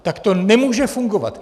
Tak to nemůže fungovat.